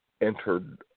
entered